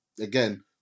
again